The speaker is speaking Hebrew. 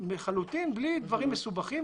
לחלוטין בלי דברים מסובכים.